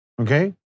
Okay